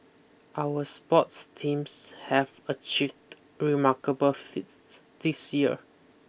our sports teams have achieved remarkable feats this year